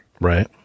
right